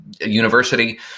university